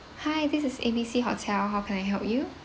hi this is A B C hotel how can I help you